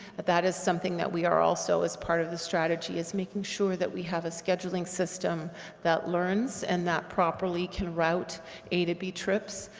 that that is something that we are also, as part of the strategy, is making sure that we have a scheduling system that learns and that properly can route a to b trips,